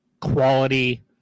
quality